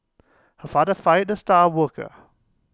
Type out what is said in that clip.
her father fired the star worker